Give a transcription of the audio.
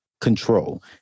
control